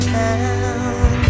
town